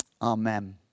Amen